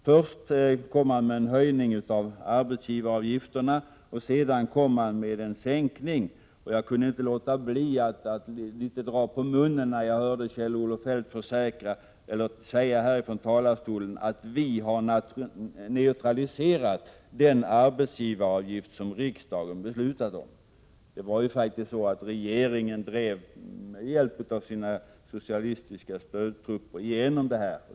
Först kom man med en höjning av arbetsgivaravgiften, sedan kom man med en sänkning. Jag kunde inte låta bli att dra litet på munnen när jag hörde Kjell-Olof Feldt här från talarstolen säga att vi har neutraliserat den arbetsgivaravgift som riksdagen beslutat om. Det var ju faktiskt så, att regeringen med hjälp av sina socialistiska stödtrupper drev igenom detta beslut.